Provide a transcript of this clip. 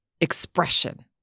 expression